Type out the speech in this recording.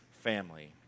family